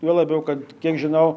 juo labiau kad kiek žinau